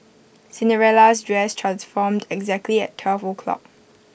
Cinderella's dress transformed exactly at twelve o'clock